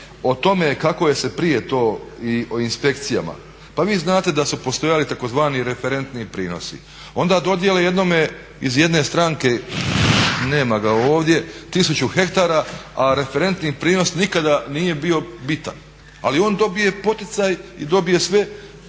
o tome kako se prije to i o inspekcijama. Pa vi znate da su postojali tzv. referentni prinosi. Onda dodijele jednome iz jedne stranke nema ga ovdje tisuću hektara, a referentni prinos nikada nije bio bitan. Ali on dobije poticaj i dobije sve,